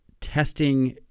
testing